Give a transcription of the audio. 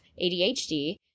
ADHD